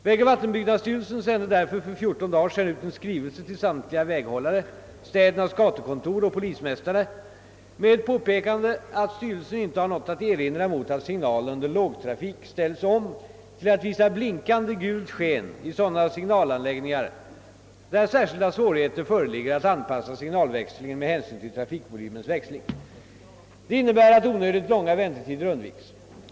Vägoch = vattenbyggnadsstyrelsen sände därför för fjorton dagar sedan ut en skrivelse till samtliga väghållare, städernas gatukontor och polismästarna med ett påpekande att styrelsen inte har något att erinra mot att signalerna under lågtrafik ställs om till att visa blinkande gult sken i sådana signalanläggningar, där särskilda svårigheter föreligger att anpassa signalväxlingen med hänsyn till trafikvolymens växling. Detta innebär att onödigt långa väntetider undviks.